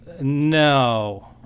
No